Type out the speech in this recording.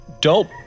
Dope